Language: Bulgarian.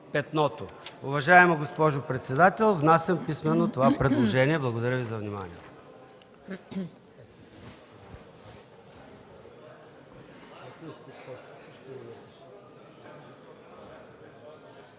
Петното”. Уважаема госпожо председател, внасям писмено това предложение. Благодаря Ви за вниманието.